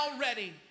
ready